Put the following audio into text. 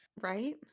Right